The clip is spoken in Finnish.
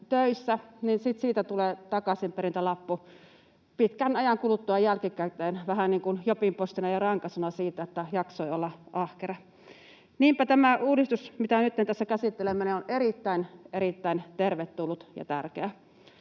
siitä tulee takaisinperintälappu pitkän ajan kuluttua jälkikäteen, vähän niin kuin jobinpostina ja rankaisuna siitä, että jaksoi olla ahkera. Niinpä tämä uudistus, mitä nytten tässä käsittelemme, on erittäin, erittäin tervetullut ja tärkeä.